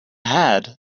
had